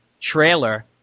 trailer